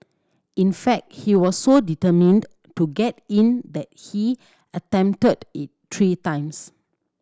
in fact he was so determined to get in that he attempted it three times